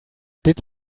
did